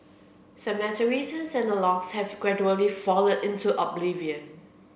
cemeteries and have gradually fallen into oblivion